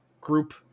group